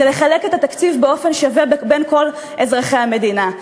זה לחלק את התקציב באופן שווה בין כל אזרחי המדינה,